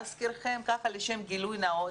להזכירכם, ככה לשם גילוי נאות,